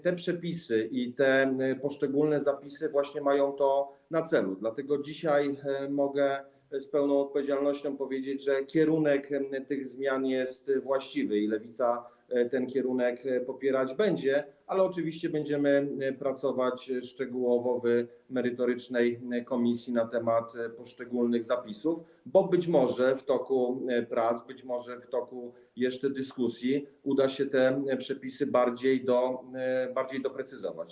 Te przepisy i poszczególne zapisy mają właśnie to na celu, dlatego dzisiaj mogę z pełną odpowiedzialnością powiedzieć, że kierunek zmian jest właściwy i Lewica ten kierunek będzie popierać, ale oczywiście będziemy pracować szczegółowo w merytorycznej komisji na temat poszczególnych zapisów, bo być może w toku prac, być może jeszcze w toku dyskusji uda się te przepisy bardziej doprecyzować.